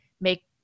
make